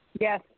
Yes